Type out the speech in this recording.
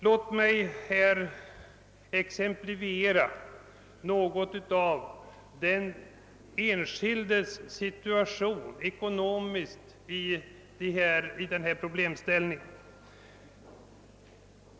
Låt mig något exemplifiera den enskildes problem, ekonomiskt sett, i det här sammanhanget.